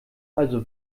also